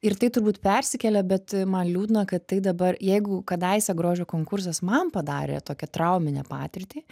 ir tai turbūt persikelia bet man liūdna kad tai dabar jeigu kadaise grožio konkursas man padarė tokią trauminę patirtį